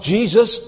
Jesus